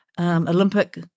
Olympic